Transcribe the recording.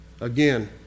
Again